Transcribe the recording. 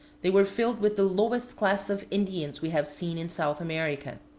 they were filled with the lowest class of indians we have seen in south america.